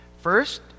First